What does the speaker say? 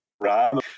Rob